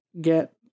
get